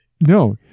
No